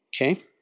Okay